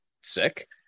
sick